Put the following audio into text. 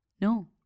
No